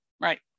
Right